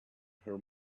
her